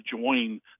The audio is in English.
join